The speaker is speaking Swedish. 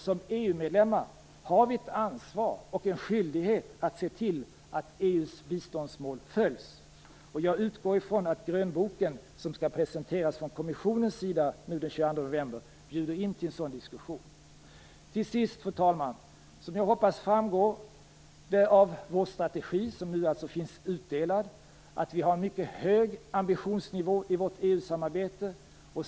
Som EU-medlemmar har vi ett ansvar och en skyldighet att se till att EU:s biståndsmål följs. Jag utgår från att grönboken, som skall presenteras från kommissionens sida den 22 november, bjuder in till en sådan diskussion. Till sist, fru talman, hoppas jag att det framgår av vår strategi som nu finns utdelad att vi har en mycket hög ambitionsnivå i vårt EU-samarbete.